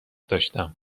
داشتم